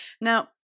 Now